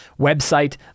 website